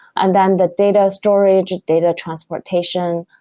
and then the data storage, data transportation.